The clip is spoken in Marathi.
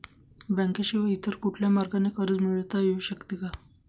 बँकेशिवाय इतर कुठल्या मार्गाने कर्ज मिळविता येऊ शकते का?